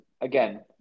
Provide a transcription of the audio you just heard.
again